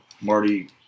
Marty